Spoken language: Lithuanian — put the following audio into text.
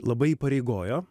labai įpareigojo